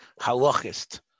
halachist